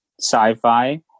sci-fi